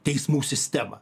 teismų sistemą